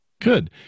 Good